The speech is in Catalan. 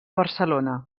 barcelona